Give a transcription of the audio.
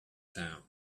town